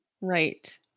Right